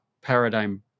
paradigm